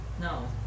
No